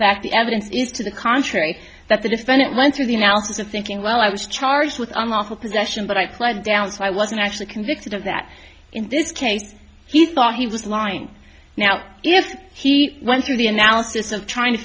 fact the evidence is to the contrary that the defendant run through the mountains of thinking well i was charged with unlawful possession but i pled down so i wasn't actually convicted of that in this case he thought he was lying now if he went through the analysis of trying to